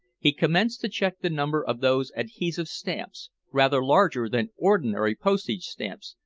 he commenced to check the number of those adhesive stamps, rather larger than ordinary postage-stamps,